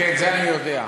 כן, זה אני יודע.